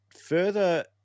further